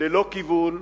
ללא כיוון,